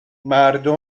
مردم